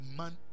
man